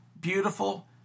beautiful